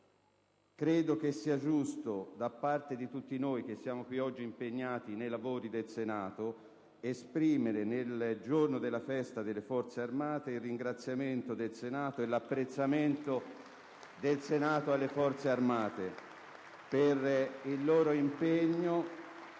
credo sia giusto da parte di tutti noi che siamo qui oggi impegnati nei lavori del Senato esprimere, nel giorno della festa delle Forze armate, il ringraziamento e l'apprezzamento del Senato alle Forze armate per il loro impegno...